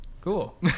Cool